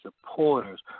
supporters